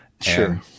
Sure